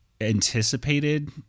anticipated